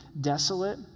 desolate